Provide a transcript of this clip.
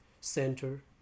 center